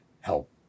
help